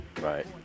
right